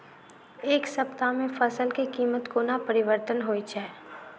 एक सप्ताह मे फसल केँ कीमत कोना परिवर्तन होइ छै?